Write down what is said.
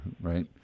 right